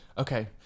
Okay